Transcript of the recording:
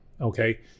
okay